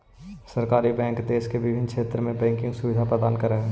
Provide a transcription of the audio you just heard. सहकारी बैंक देश के विभिन्न क्षेत्र में बैंकिंग सुविधा प्रदान करऽ हइ